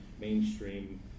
mainstream